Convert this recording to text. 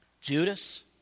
Judas